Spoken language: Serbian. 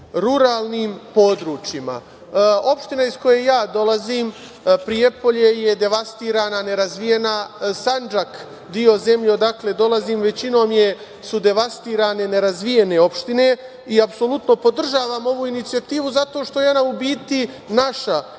ruralnim područjima. Opština ih koje ja dolazim, Prijepolje, je devastirana, nerazvijena. Sandžak, deo zemlje iz koje dolazim, većinom su devastirane, nerazvijene opštine i apsolutno podržavam ovu inicijativu zato što je ona u biti naša